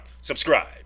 subscribe